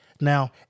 Now